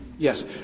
Yes